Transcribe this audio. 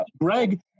Greg –